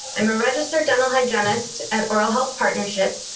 i'm a registered dental hygienist at oral health partnership.